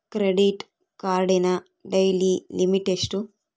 Credit ಕಾರ್ಡಿನ daily limit ಎಷ್ಟು?